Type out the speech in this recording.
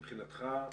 מבחינתך,